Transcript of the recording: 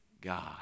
God